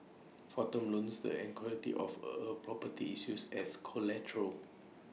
for term loans the equity of A property is used as collateral